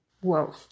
Whoa